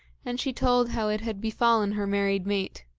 and she told how it had befallen her married mate.